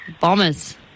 Bombers